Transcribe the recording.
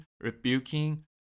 rebuking